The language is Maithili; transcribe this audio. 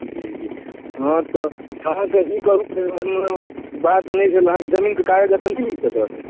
जी जी हाँ तऽ अहाँकेँ ई कहलहुँ बात नहि भेल अहाँके जमीनके कागज एखन नहि अछि एतय